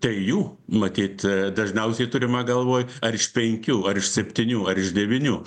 trijų matyt dažniausiai turima galvoj ar iš penkių ar iš septynių ar iš devynių